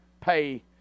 pay